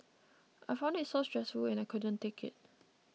I found it so stressful and I couldn't take it